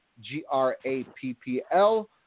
G-R-A-P-P-L